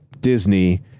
Disney